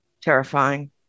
terrifying